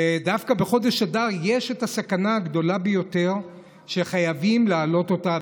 דווקא בחודש אדר יש את הסכנה הגדולה ביותר שחייבים להעלות אותה,